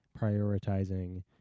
prioritizing